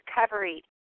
recovery